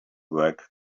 work